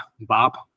Bob